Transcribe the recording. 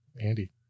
Andy